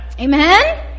Amen